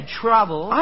trouble